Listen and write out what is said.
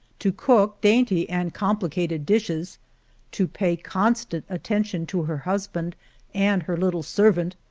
to cook dainty and complicated dishes to pay constant attention to her husband and her little servant,